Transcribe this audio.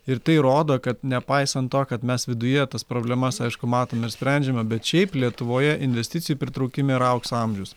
ir tai rodo kad nepaisant to kad mes viduje tas problemas aišku matom ir sprendžiame bet šiaip lietuvoje investicijų pritraukime yra aukso amžius